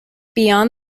beyond